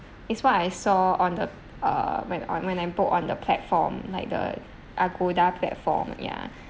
it's what I saw on the uh when on when I book on the platform like the Agoda platform ya